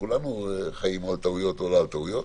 כולנו חיים על טעויות או לא על טעויות.